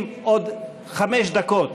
אם עוד חמש דקות